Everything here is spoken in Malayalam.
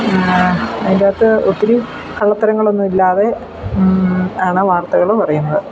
അതിൻ്റകത്ത് ഒത്തിരി കള്ളത്തരങ്ങളൊന്നും ഇല്ലാതെ ആണ് വാർത്തകൾ പറയുന്നത്